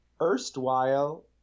Erstwhile